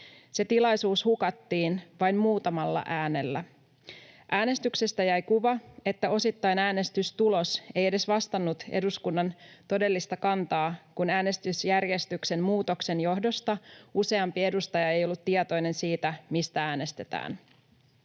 Se tilaisuus hukattiin vain muutamalla äänellä. Äänestyksestä jäi kuva, että osittain äänestystulos ei edes vastannut eduskunnan todellista kantaa, kun äänestysjärjestyksen muutoksen johdosta useampi edustaja ei ollut tietoinen siitä, mistä äänestetään.